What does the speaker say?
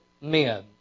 men